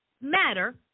matter